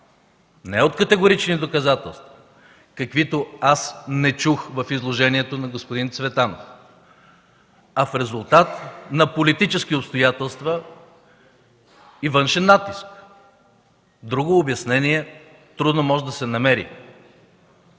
не от категорични доказателства, каквито аз не чух в изложението на господин Цветанов, а в резултат на политически обстоятелства и външен натиск. Друго обяснение трудно може да се намери.